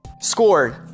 scored